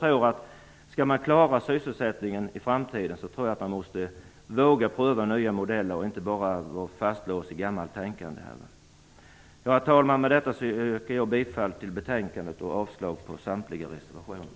Om man skall klara sysselsättningen i framtiden tror jag att man måste våga pröva nya modeller och inte vara fastlåst i gammalt tänkande. Herr talman! Med detta yrkar jag bifall till hemställan i betänkandet och avslag på samtliga reservationer.